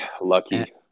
lucky